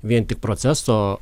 vien tik proceso